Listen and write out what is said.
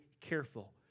careful